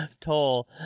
toll